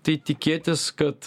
tai tikėtis kad